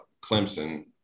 Clemson